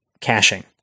caching